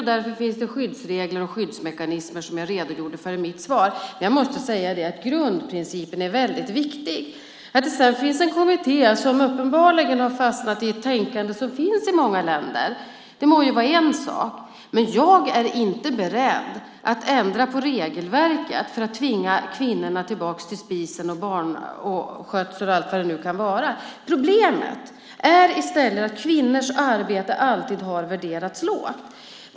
Därför finns det skyddsregler och skyddsmekanismer som jag redogjorde för i mitt svar. Grundprincipen är väldigt viktig. Att det finns en kommitté som uppenbarligen har fastnat i ett tänkande som finns i många länder må vara en sak. Men jag är inte beredd att ändra på regelverket för att tvinga kvinnorna tillbaka till spisen, barnskötsel eller vad det nu kan vara. Problemet är i stället att kvinnors arbete alltid har värderats lågt.